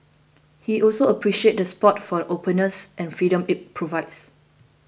he also appreciates the spot for the openness and freedom it provides